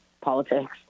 politics